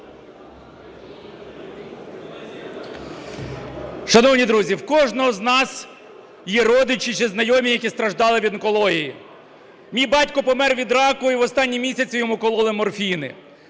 Шановні друзі, в кожного з нас є родичі чи знайомі, які страждали від онкології. Мій батько помер від раку і в останні місяці йому кололи морфін.